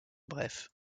bref